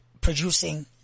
Producing